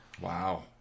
Wow